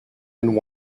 and